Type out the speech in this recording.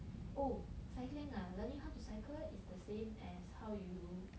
oh cycling ah learning how to cycle is the same as how you